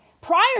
prior